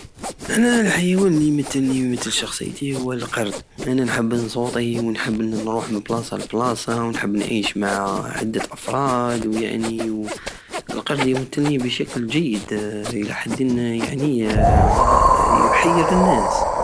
انا الحيوان الي يمتلني ويمتل شخصيتي هو القرد انا نجب نصوطي ونحب نروح مل بلاصة للبلاصة ونحب نعيش مع عدة افراد ويعني القرد يمتلني بشكل جيد لي حد يعني يحير الناس